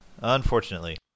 Unfortunately